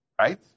right